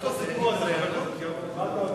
אם תקשיבו לו,